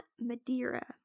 Madeira